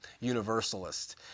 universalist